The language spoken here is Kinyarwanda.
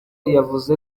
yavuze